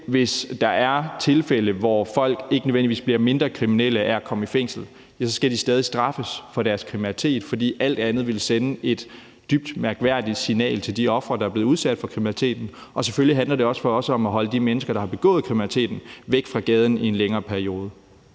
hvis der er tilfælde, hvor folk ikke nødvendigvis bliver mindre kriminelle af at komme i fængsel, skal de stadig straffes for deres kriminalitet, fordi alt andet vil sende et dybt mærkværdigt signal til de ofre, der er blevet udsat for kriminaliteten. Og selvfølgelig handler det også for os om at holde de mennesker, der har begået kriminaliteten, væk fra gaden i en længere periode.